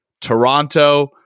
Toronto